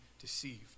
deceived